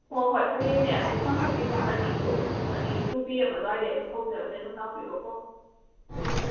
ꯍꯣ ꯍꯣꯏ ꯍꯌꯦꯡꯅꯦ ꯄꯨꯡ ꯍꯥꯡꯆꯤꯠꯀꯤ ꯄꯨꯡ ꯑꯅꯤꯗꯣ ꯄꯨꯡ ꯑꯅꯤ ꯇꯨ ꯄꯤ ꯑꯦꯝ ꯑꯗ꯭ꯋꯥꯏꯗꯩ ꯑꯗꯨꯝ ꯍꯧꯖꯔꯅꯤ ꯑꯗꯨꯝ ꯂꯥꯛꯄꯤꯔꯣꯀꯣ ꯑꯪ